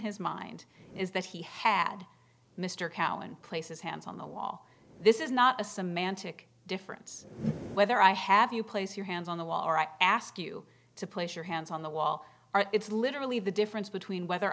his mind is that he had mr callan places hands on the wall this is not a semantic difference whether i have you place your hands on the wall or i ask you to place your hands on the wall it's literally the difference between whether